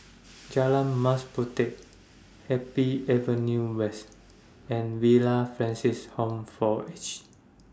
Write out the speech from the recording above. Jalan Mas Puteh Happy Avenue West and Villa Francis Home For Aged